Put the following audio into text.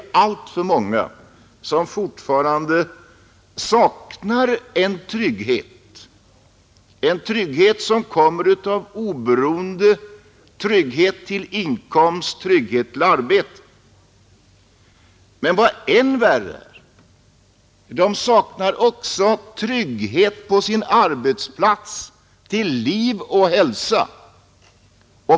Alltför många saknar fortfarande trygghet, en trygghet som kommer av oberoende, trygghet till inkomst, trygghet till arbete. Men vad än värre är: de saknar också trygghet på sin arbetsplats till liv och hälsa.